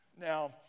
Now